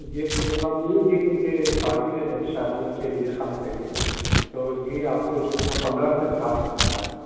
یہ تھوڑا یہ کیونکہ پارٹی ویئر ہے شادیوں کے لیے خاص ہے یہ تو یہ آپ کو جو ہے نہ پندرہ سے اسٹارٹ ہوں گا شاید